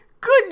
good